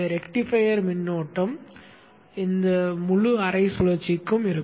rectifier மின்னோட்டம் இந்த முழு அரை சுழற்சிக்கும் இருக்கும்